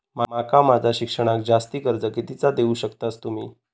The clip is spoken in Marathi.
माका माझा शिक्षणाक जास्ती कर्ज कितीचा देऊ शकतास तुम्ही?